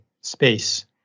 space